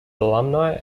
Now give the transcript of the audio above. alumni